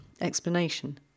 explanation